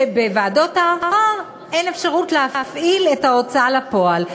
שבוועדות הערר אין אפשרות להפעיל את ההוצאה לפועל,